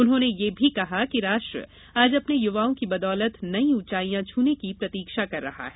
उन्होंने यह भी कहा कि राष्ट्र आज अपने युवाओं की बदौलत नई ऊचाइयां छूने की प्रतिक्षा कर रहा है